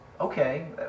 Okay